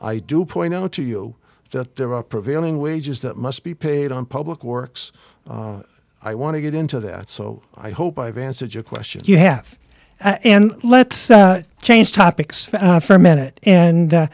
i do point out to you that there are prevailing wages that must be paid on public works i want to get into that so i hope i've answered your questions you have and let's change topics for a minute and